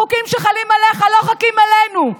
החוקים שחלים עליך לא חלים עלינו.